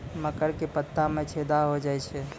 मकर के पत्ता मां छेदा हो जाए छै?